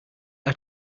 are